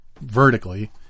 vertically